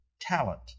talent